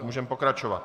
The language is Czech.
Můžeme pokračovat.